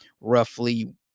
roughly